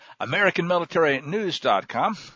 AmericanMilitaryNews.com